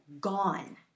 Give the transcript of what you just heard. gone